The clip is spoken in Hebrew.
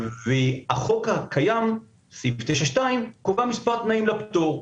החוק הקיים, סעיף 9(2), קובע מספר תנאים לפטור.